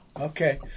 Okay